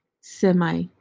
semi